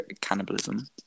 cannibalism